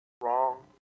wrong